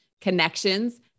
connections